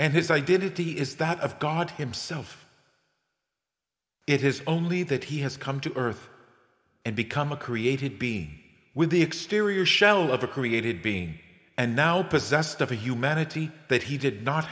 and his identity is that of god himself it is only that he has come to earth and become a created b with the exterior shell of a created being and now possessed of a humanity that he did not